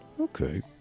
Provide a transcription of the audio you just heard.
Okay